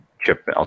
chip